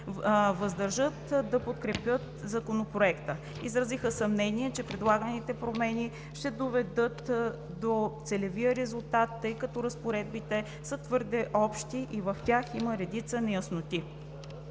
въздържат да подкрепят Законопроекта. Изразиха съмнение, че предлаганите промени ще доведат до целения резултат, тъй като разпоредбите са твърде общи и в тях има редица неясноти.